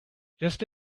just